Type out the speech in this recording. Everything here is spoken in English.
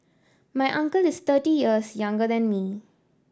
my uncle is thirty years younger than me